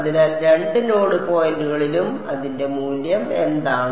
അതിനാൽ രണ്ട് നോഡ് പോയിന്റുകളിലും അതിന്റെ മൂല്യം എന്താണ്